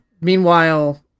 meanwhile